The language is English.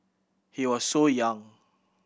he was so young